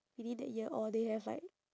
within that year or they have like